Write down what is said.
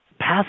Pass